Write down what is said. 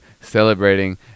celebrating